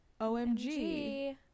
OMG